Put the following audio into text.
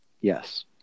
Yes